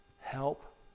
Help